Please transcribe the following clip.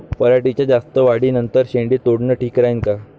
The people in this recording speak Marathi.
पराटीच्या जास्त वाढी नंतर शेंडे तोडनं ठीक राहीन का?